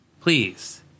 please